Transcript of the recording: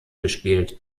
gespielt